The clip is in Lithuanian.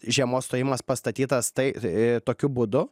žiemos stojimas pastatytas tai tokiu būdu